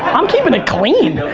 i'm keeping it clean.